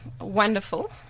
wonderful